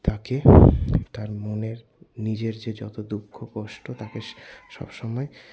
তাকে তার মনের নিজের যে যত দুঃখ কষ্ট তাকে সব সময়